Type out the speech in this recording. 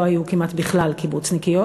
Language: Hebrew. לא היו כמעט בכלל קיבוצניקיות,